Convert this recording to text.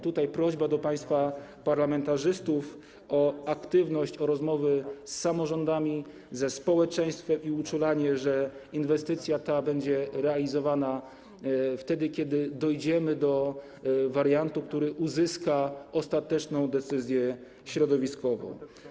Tutaj jest prośba do państwa parlamentarzystów o aktywność, o rozmowy z samorządami, ze społeczeństwem i uczulanie co do tego, że inwestycja ta będzie realizowana wtedy, kiedy dojdziemy do wariantu, który uzyska ostateczną decyzję środowiskową.